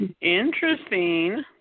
interesting